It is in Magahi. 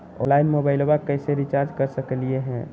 ऑनलाइन मोबाइलबा कैसे रिचार्ज कर सकलिए है?